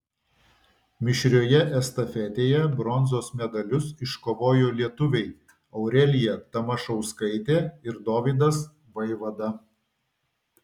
mišrioje estafetėje bronzos medalius iškovojo lietuviai aurelija tamašauskaitė ir dovydas vaivada